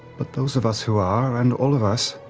but those of us who are and all of us